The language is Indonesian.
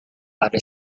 ada